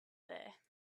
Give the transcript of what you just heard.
there